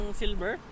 silver